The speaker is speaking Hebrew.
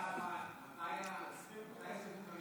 מתי יסגרו את המליאה?